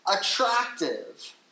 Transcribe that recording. attractive